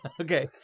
okay